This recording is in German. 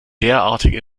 derartige